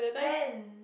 when